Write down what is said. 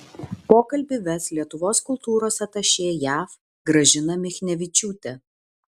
pokalbį ves lietuvos kultūros atašė jav gražina michnevičiūtė